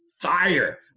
fire